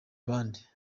abandi